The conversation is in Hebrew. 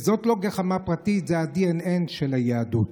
וזאת לא גחמה פרטית, זה הדנ"א של היהדות.